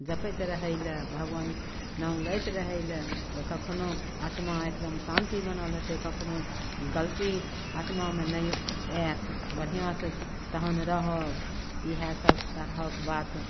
जपैत रहय लेल भगवानके नाम लैत रहय लेल जे कखनहु आत्मा एकदम शान्ति बनल हेतै कखनहु गलती आत्मामे नहि आयत बढ़िआँसँ तखन रहब इएहसभ तरहक बात